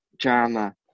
drama